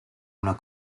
una